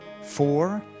four